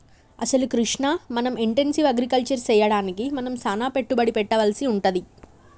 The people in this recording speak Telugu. అసలు కృష్ణ మనం ఇంటెన్సివ్ అగ్రికల్చర్ సెయ్యడానికి మనం సానా పెట్టుబడి పెట్టవలసి వుంటది